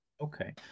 Okay